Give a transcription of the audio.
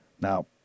Now